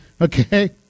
Okay